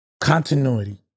Continuity